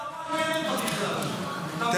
זה לא מעניין אותה בכלל, את המושחתת, השפלה הזאת.